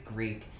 Greek